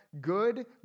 good